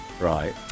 Right